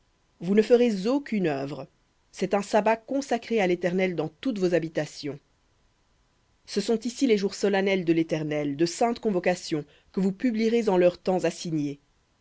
vous ne ferez aucune œuvre c'est un sabbat à l'éternel dans toutes vos habitations ce sont ici les jours solennels de l'éternel de saintes convocations que vous publierez en leurs temps assignés